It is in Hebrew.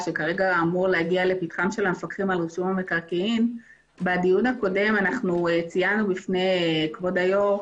בדיון הקודם ציינו בפני כבוד היו"ר